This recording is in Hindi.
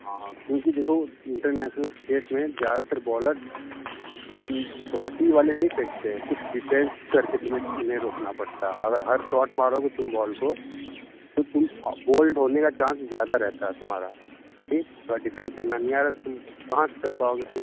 हाँ क्योंकि देखो इंटरनेशनल क्रिकेट में ज़्यादातर बॉलर्स शॉर्ट ही वाले नहीं फेकते हैं कुछ डिफेंस करके तुम्हें उन्हें रोकना पड़ता है अगर हर शॉट मारोगे तुम बॉल को तो तुम बोल्ड होने का चांस ज़्यादा रहता है तुम्हारा अगर डिफेंस करना नहीं आ रहा है तो तुम कहां से कर पाओगे फ़िर